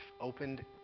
opened